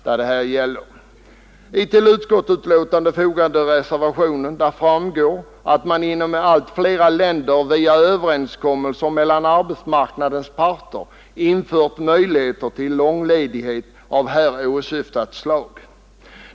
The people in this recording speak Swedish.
I den till utskottsbetänkandet fogade reservationen framgår att man inom allt fler länder via överenskommelser mellan arbetsmarknadens parter inför möjlighet till långledighet av här åsyftat slag.